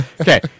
Okay